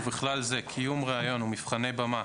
ובכלל זה קיום ראיון ומבחני במה